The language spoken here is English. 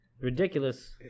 Ridiculous